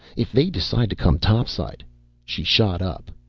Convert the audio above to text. if they decide to come topside she shot up.